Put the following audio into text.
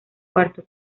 cuarto